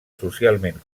socialment